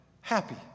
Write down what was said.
happy